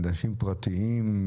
אנשים פרטיים,